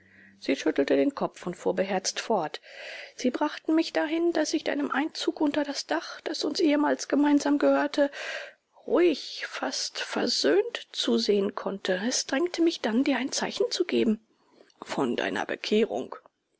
sie schüttelte den kopf und fuhr beherzt fort sie brachten mich dahin daß ich deinem einzug unter das dach das uns ehemals gemeinsam gehörte ruhig fast versöhnt zusehen konnte es drängte mich dann dir ein zeichen zu geben von deiner bekehrung